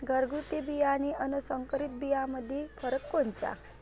घरगुती बियाणे अन संकरीत बियाणामंदी फरक कोनचा?